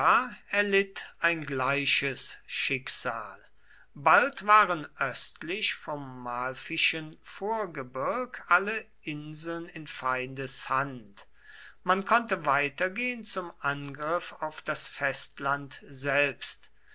erlitt ein gleiches schicksal bald waren östlich vom malfischen vorgebirg alle inseln in feindes hand man konnte weitergehen zum angriff auf das festland selbst